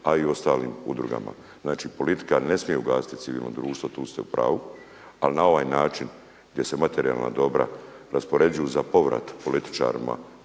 a i u ostalim udrugama. Znači, politika ne smije ugasiti civilno društvo, tu ste u pravu. Ali na ovaj način gdje se materijalna dobra raspoređuju za povrat političarima